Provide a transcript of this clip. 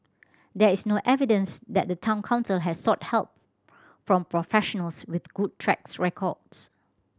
there is no evidence that the Town Council has sought help from professionals with good tracks records